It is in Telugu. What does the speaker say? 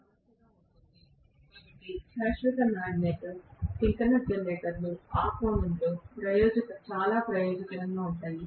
కాబట్టి శాశ్వత మాగ్నెట్ సింక్రోనస్ జనరేటర్లు ఆ కోణంలో చాలా ప్రయోజనకరంగా ఉంటాయి